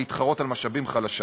להתחרות על משאבים חלשה.